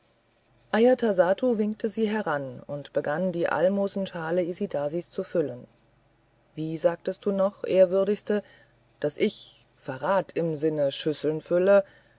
ajatasattu winkte sie heran und begann die almosenschale isidasis zu füllen wie sagtest du doch ehrwürdigste daß ich verrat im sinne schüsseln fülle